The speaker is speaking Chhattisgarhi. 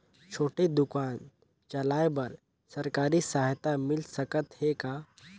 छोटे दुकान चलाय बर सरकारी सहायता मिल सकत हे का?